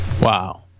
Wow